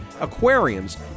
aquariums